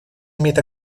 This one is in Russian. имеет